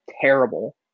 terrible